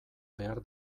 behar